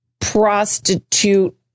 prostitute